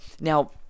Now